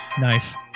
Nice